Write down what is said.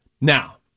Now